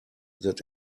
that